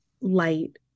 light